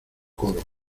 coro